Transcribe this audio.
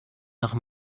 nach